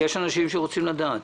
יש אנשים שרוצים לדעת.